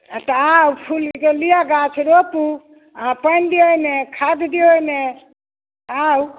अच्छा आउ फूलके लिअ गाछ रोपू आ पानि दियौ ओहिमे खाद दियौ ओहिमे आउ